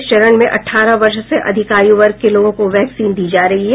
इस चरण में अठारह वर्ष से अधिक आय् वर्ग के लोगों को वैक्सीन दी जा रही है